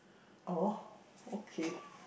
oh okay